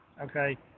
Okay